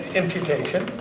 imputation